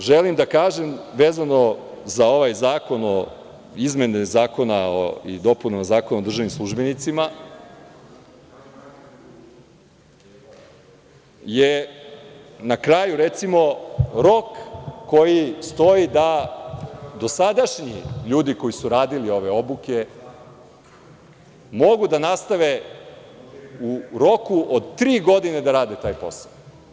Ono što želim da kažem vezano za ovaj Zakon o izmenama i dopunama Zakona o državnim službenicima je na kraju, recimo, rok koji stoji da dosadašnji ljudi koji su radili ove obuke mogu da nastave u roku od tri godine da rade taj posao.